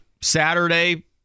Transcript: Saturday